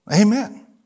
Amen